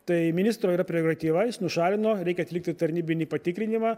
tai ministro yra prerotyva jis nušalino reikia atlikti tarnybinį patikrinimą